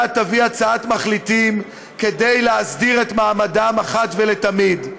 תביא הצעת מחליטים כדי להסדיר את מעמדם אחת ולתמיד.